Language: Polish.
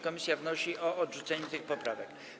Komisja wnosi o odrzucenie tych poprawek.